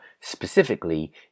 specifically